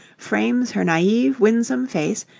frames her naive, winsome face,